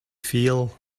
feel